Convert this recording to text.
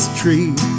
tree